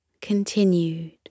continued